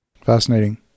Fascinating